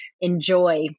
enjoy